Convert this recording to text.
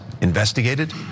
investigated